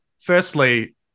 firstly